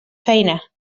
feina